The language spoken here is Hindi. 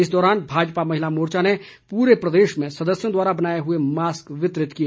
इस दौरान भाजपा महिला मोर्चा ने पूरे प्रदेश में सदस्यों द्वारा बनाए हुए मास्क वितरित किए